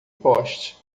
poste